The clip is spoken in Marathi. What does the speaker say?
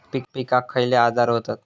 पिकांक खयले आजार व्हतत?